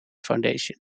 foundation